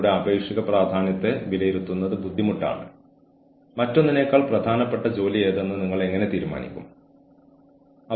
ആസൂത്രണത്തെക്കുറിച്ച് സംസാരിക്കുമ്പോൾ നമ്മൾ സംസാരിക്കുന്നത് ജോലികൾ രൂപകൽപ്പന ചെയ്യുന്നതിനെക്കുറിച്ചാണ്